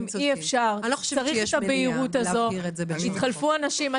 צריך את הבהירות הזאת כשיתחלפו האנשים.